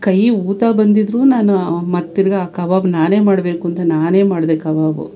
ಕೈ ಊತ ಬಂದಿದ್ರೂ ನಾನು ಮತ್ತ ತಿರ್ಗಾ ಆ ಕಬಾಬ್ ನಾನೇ ಮಾಡಬೇಕು ಅಂತ ನಾನೇ ಮಾಡಿದೆ ಕಬಾಬು